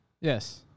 Yes